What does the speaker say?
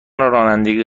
رانندگی